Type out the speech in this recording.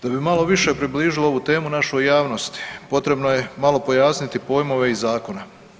Da bi malo više približili ovu temu našoj javnosti, potrebno je malo pojasniti pojmove iz zakona.